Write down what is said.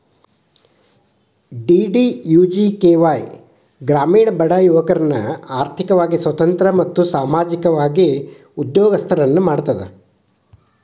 DDUGKY ಗ್ರಾಮೇಣ ಬಡ ಯುವಕರ್ನ ಆರ್ಥಿಕವಾಗಿ ಸ್ವತಂತ್ರ ಮತ್ತು ಸಾಮಾಜಿಕವಾಗಿ ಉದ್ಯೋಗಸ್ತರನ್ನ ಮಾಡ್ತದ